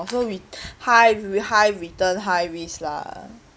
so we high high return high risk lah